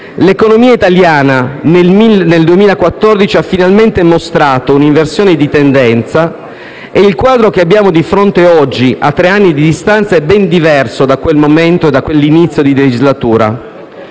l'economia italiana nel 2014 ha finalmente mostrato un'inversione di tendenza e il quadro che abbiamo di fronte oggi, a tre anni di distanza, è ben diverso da quel momento, dell'inizio della legislatura.